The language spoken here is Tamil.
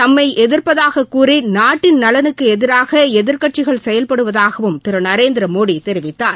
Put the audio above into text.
தம்மை எதிர்ப்பதாக கூறி நாட்டின் நலனுக்கு எதிராக எதிர்கட்சிகள் செயல்படுவதாகவும் திரு நரேந்திர மோடி தெரிவித்தார்